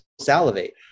salivate